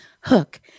hook